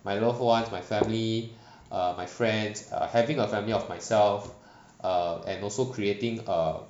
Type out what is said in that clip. my loved ones my family err my friends err having a family of myself err and also creating a